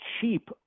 cheap